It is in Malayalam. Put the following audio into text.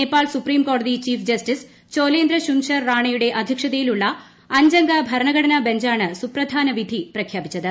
നേപ്പാൾ സുപ്രീംകോടതി ചീഫ്ജസ്റ്റിസ് ചോലേന്ദ്ര ശുംശർ റാണയുടെ അധ്യക്ഷതയിലുള്ള അഞ്ച് അംഗ ഭരണഘടനാ ബഞ്ചാണ് സുപ്രധാന വിധി പ്രഖ്യാപിച്ചത്